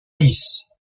lice